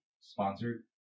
sponsored